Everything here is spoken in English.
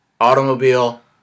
Automobile